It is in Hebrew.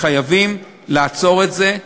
וחייבים לעצור את זה.